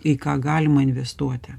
į ką galima investuoti